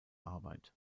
arbeit